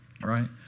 Right